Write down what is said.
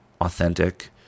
authentic